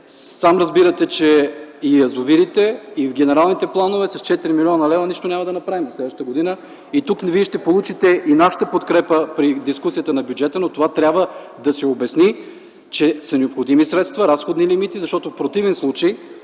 Сам разбирате, че и язовирите, и в генералните планове с 4 млн. лв. нищо няма да направим следващата година. Тук вие ще получите и нашата подкрепа при дискусията на бюджета, но това трябва да се обясни, –че са необходими средства, разходни лимити, защото в противен случай